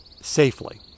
safely